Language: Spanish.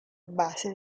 base